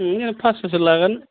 बिदिनो पासस'सो लागोन